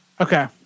Okay